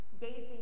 gazing